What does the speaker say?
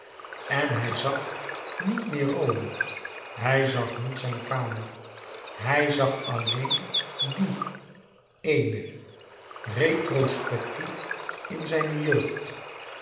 en hij zag niet meer rome hij zag niet zijn kamer hij zag alleen dien eéne retrospectief in zijne jeugd